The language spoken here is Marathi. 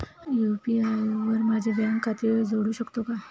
मी यु.पी.आय वर माझे बँक खाते जोडू शकतो का?